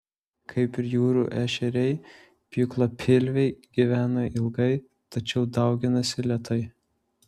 kaip ir jūrų ešeriai pjūklapilviai gyvena ilgai tačiau dauginasi lėtai